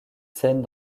scènes